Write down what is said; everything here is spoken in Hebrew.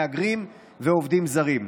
מהגרים ועובדים זרים.